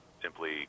simply